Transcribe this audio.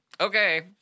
okay